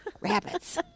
Rabbits